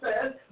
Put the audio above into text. says